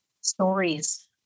stories